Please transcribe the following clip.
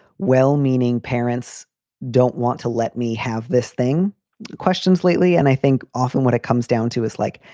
well-meaning parents don't want to let me have this thing questions lately. and i think often what it comes down to is like,